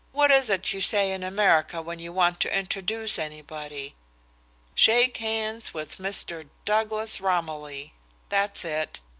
what is it you say in america when you want to introduce anybody shake hands with mr. douglas romilly that's it.